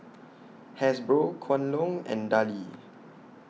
Hasbro Kwan Loong and Darlie